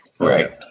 Right